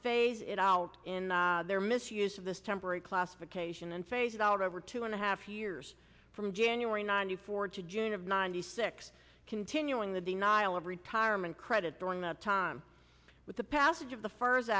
phase it out in their misuse of this temporary classification and phase it out over two and a half years from january ninety four to june of ninety six continuing the denial of retirement credit during the time with the passage of the first